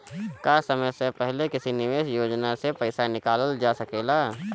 का समय से पहले किसी निवेश योजना से र्पइसा निकालल जा सकेला?